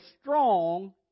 strong